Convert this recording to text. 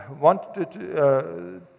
wanted